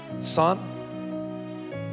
son